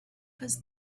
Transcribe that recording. was